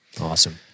awesome